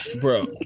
bro